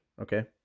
Okay